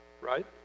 right